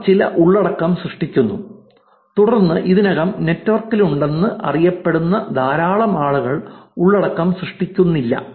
അവർ ചില ഉള്ളടക്കം സൃഷ്ടിക്കുന്നു തുടർന്ന് ഇതിനകം നെറ്റ്വർക്കിലുണ്ടെന്ന് അറിയപ്പെടുന്ന ധാരാളം ആളുകൾ ഉള്ളടക്കം സൃഷ്ടിക്കുന്നില്ല